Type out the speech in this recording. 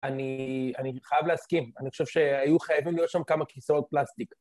אני חייב להסכים, אני חושב שהיו חייבים להיות שם כמה כיסאות פלסטיק.